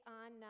on